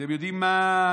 אתם יודעים מה?